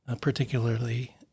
particularly